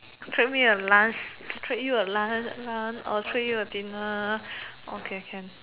treat me a lunch treat you a lunch lunch or treat you a dinner okay can